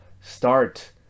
start